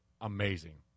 amazing